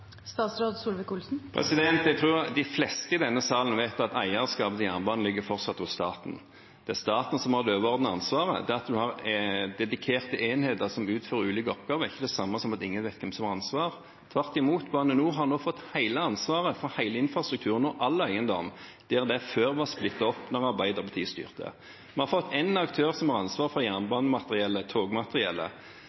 ligger hos staten. Det er staten som har det overordnede ansvaret. Det at en har dedikerte enheter som utfører ulike oppgaver, er ikke det samme som at ingen vet hvem som har ansvaret. Tvert imot, Bane NOR har nå fått hele ansvaret for hele infrastrukturen og all eiendom der det før var splittet opp, da Arbeiderpartiet styrte. Vi har fått én aktør som har ansvaret for